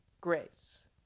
Grace